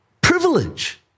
privilege